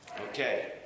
Okay